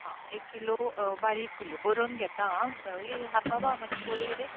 एक किलो बारीक कुल्ल्यो बरोवन घेतां आं मातशे बरय रे